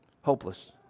hopeless